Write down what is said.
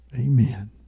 Amen